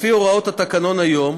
לפי הוראות התקנון היום,